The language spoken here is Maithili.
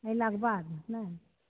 अएलाके बाद नहि